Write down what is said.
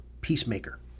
Peacemaker